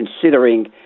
considering